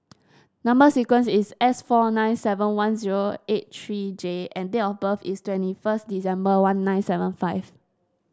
number sequence is S four nine seven one zero eight three J and date of birth is twenty first December one nine seven five